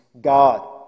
God